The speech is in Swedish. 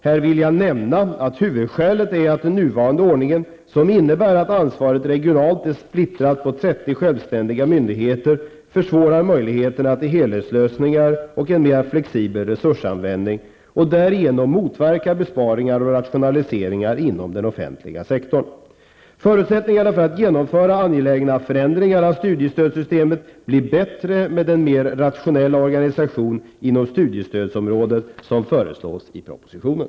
Här vill jag nämna att huvudskälet är att den nuvarande ordningen, som innebär att ansvaret regionalt är splittrat på 30 självständiga myndigheter, försvårar möjligheterna till helhetslösningar och en mer flexibel resursanvändning och därigenom motverkar besparingar och rationaliseringar inom den offentliga sektorn. Förutsättningarna för att genomföra angelägna förändringar av studiestödssystemet blir bättre med den mer rationella organisation inom studiestödsområdet som föreslås i propositionen.